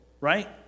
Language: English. right